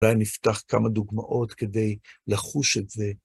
אולי נפתח כמה דוגמאות כדי לחוש את זה.